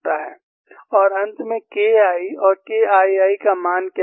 और अंत में K I और K II का मान क्या है